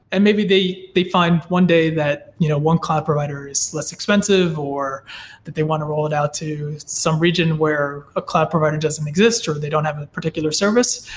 and maybe they they find one day that you know one cloud provider is less expensive, or that they want to roll it out to some region where a cloud provider doesn't exist, or they don't have a particular service.